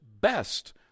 best